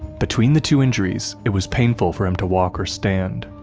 between the two injuries, it was painful for him to walk or stand.